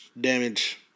Damage